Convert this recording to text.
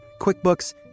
QuickBooks